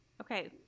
Okay